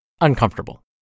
uncomfortable